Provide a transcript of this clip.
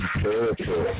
character